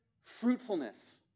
fruitfulness